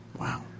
Wow